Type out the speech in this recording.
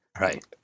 right